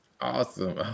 Awesome